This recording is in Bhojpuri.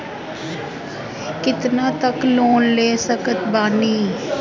कितना तक लोन ले सकत बानी?